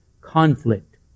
conflict